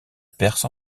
perse